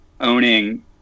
owning